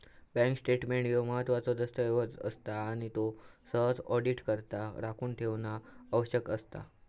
bank statement ह्यो महत्त्वाचो दस्तऐवज असता आणि त्यो सहसा ऑडिटकरता राखून ठेवणा आवश्यक असता